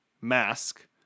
mask